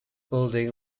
building